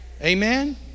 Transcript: Amen